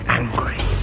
angry